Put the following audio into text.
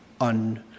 on